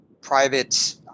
private